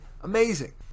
amazing